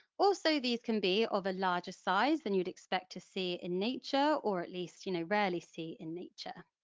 so these can be of a larger size than you would expect to see in nature, or at least you know rarely see in nature.